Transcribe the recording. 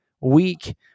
week